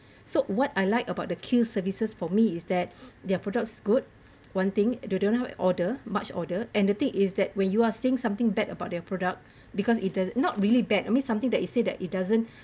so what I like about the Kiehl's services for me is that their products good one thing they don't have odour much odour and the thing is that when you are saying something bad about their product because it does not really bad I mean something that you say that it doesn't